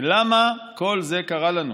ולמה כל זה קרה לנו?